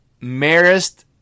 Marist